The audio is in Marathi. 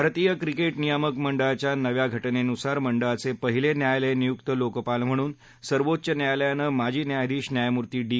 भारतीय क्रिकेट नियामक मंडळाच्या नव्या घटनेनुसार मंडळाचे पहिले न्यायालयनियुक्त लोकपाल म्हणून सर्वोच्च न्यायालयानं माजी न्यायाधीश न्यायमूर्ती डी